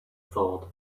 thought